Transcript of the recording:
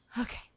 Okay